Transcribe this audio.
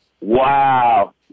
Wow